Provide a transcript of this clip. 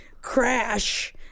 crash